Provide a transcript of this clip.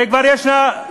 הרי כבר יש תוכנית,